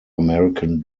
american